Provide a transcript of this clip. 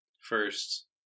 first